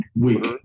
week